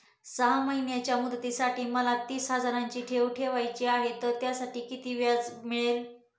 सहा महिन्यांच्या मुदतीसाठी मला तीस हजाराची ठेव ठेवायची आहे, तर त्यावर किती व्याजदर मिळेल?